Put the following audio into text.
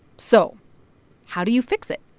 so how do you fix it?